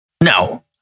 No